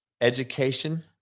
education